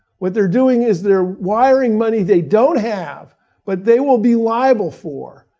what they're doing is they're wiring money they don't have but they will be liable for,